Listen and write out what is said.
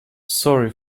sorry